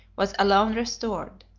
was alone restored,